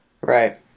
right